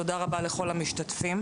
תודה רבה לכל המשתתפים.